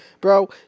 bro